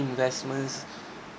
investments